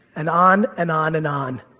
and on and on and on.